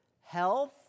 Health